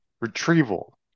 Retrieval